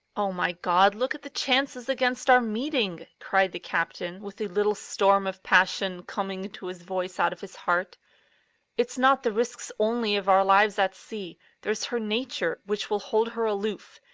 oh, my god, look at the chances against our meeting! cried the captain, with a little storm of passion coming into his voice out of his heart it's not the risks only of our lives at sea there's her nature, which will hold her aloof,